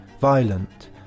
violent